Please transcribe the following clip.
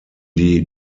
die